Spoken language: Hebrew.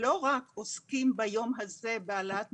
הם לא רק עוסקים ביום הזה בהעלאת מודעות,